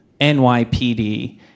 NYPD